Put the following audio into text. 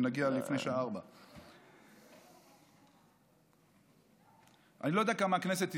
אם נגיע לפני השעה 16:00. אני לא יודע כמה הכנסת תשרוד.